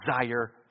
desire